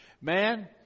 man